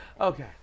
Okay